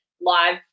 live